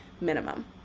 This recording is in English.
minimum